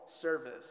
service